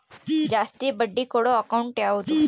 ಜಾಸ್ತಿ ಬಡ್ಡಿ ಕೊಡೋ ಅಕೌಂಟ್ ಯಾವುದು?